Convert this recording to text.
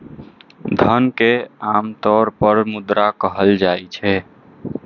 धन कें आम तौर पर मुद्रा कहल जाइ छै